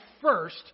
first